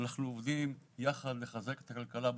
אנחנו עובדים יחד לחזק את הכלכלה בצפון,